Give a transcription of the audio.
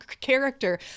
character